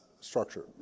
structure